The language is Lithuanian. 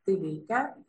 tai veikia